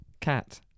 Cat